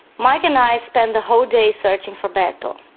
mike and i spent the whole day searching for beto.